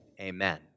amen